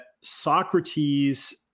Socrates